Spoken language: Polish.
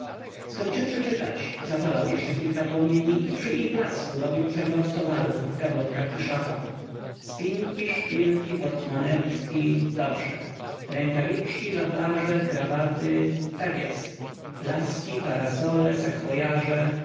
skończywszy czytać zapalał jeszcze kilka płomieni i przy ich blasku robił przegląd towarów w gablotkach i szafach spinki szpilki portmonety dobrze rękawiczki wachlarze krawaty tak jest laski parasole